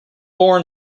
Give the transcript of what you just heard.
born